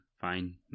fine